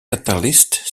catalysts